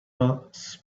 was